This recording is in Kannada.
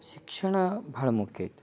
ಶಿಕ್ಷಣ ಭಾಳ ಮುಖ್ಯ ಐತಿ